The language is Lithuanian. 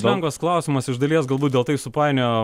lengvas klausimas iš dalies galbūt dėl tai supainiojo